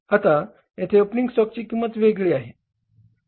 आता येथे ओपनिंग स्टॉकची किंमत वेगळी आहे